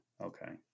Okay